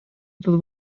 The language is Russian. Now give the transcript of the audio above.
этот